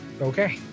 okay